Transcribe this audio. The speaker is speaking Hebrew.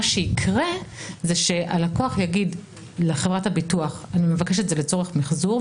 מה שיקרה שהלקוח יגיד לחברת הביטוח: אני מבקש את זה לצורך מחזור,